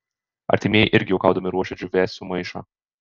artimieji irgi juokaudami ruošia džiūvėsių maišą